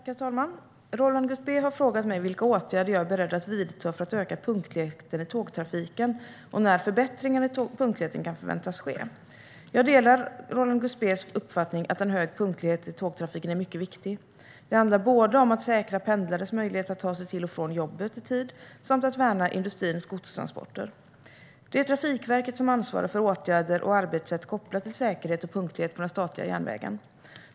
Herr talman! Roland Gustbée har frågat mig vilka åtgärder jag är beredd att vidta för att öka punktligheten i tågtrafiken och när förbättringar i punktligheten kan förväntas ske. Jag delar Roland Gustbées uppfattning att en hög punktlighet i tågtrafiken är mycket viktig. Det handlar om att säkra pendlares möjlighet att ta sig till och från jobbet i tid samt om att värna industrins godstransporter. Det är Trafikverket som ansvarar för åtgärder och arbetssätt kopplat till säkerhet och punktlighet på den statliga järnvägen.